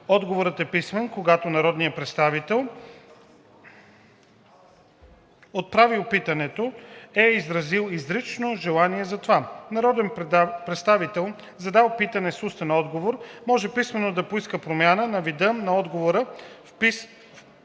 Отговорът е писмен, когато народният представител, отправил питането, е изразил изрично желание за това. Народен представител, задал питане с устен отговор, може писмено да поиска промяна на вида на отговора в писмен